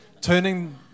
turning